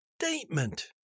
statement